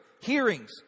hearings